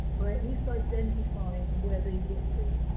by at least identifying where they would be,